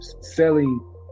selling